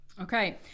okay